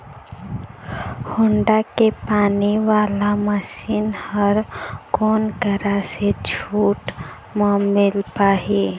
Honda के पानी वाला मशीन हर कोन करा से छूट म मिल पाही?